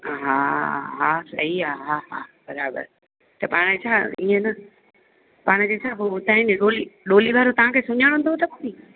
हा हा सही आहे हा हा बराबरि त पाण छा ईअं न पाण खे छा हुतां ई डॉली डॉली वारो तव्हांखे सुञाणंदो अथव न